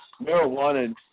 Marijuana